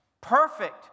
Perfect